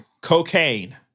Cocaine